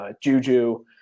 Juju